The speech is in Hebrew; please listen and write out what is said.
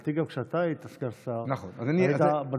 לדעתי גם כשאתה היית סגן שר היית בנורבגי,